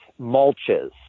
mulches